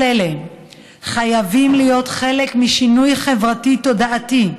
כל אלה חייבים להיות חלק משינוי חברתי ותודעתי.